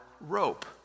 rope